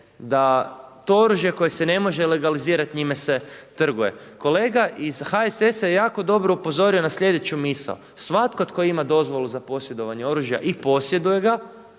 da to oružje koje se ne može legalizirati njime se trguje. Kolega iz HSS-a je jako dobro upozorio na sljedeću misao, svatko tko ima dozvolu za posjedovanje oružje i posjeduje ga,